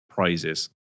Prizes